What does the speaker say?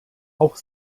auch